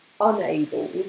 unable